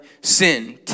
sin